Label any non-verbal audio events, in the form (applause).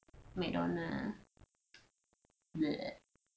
McDonald (noise)